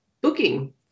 booking